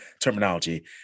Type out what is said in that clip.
terminology